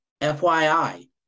FYI